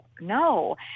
no